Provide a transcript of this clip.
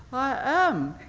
i am,